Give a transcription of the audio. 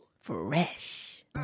Fresh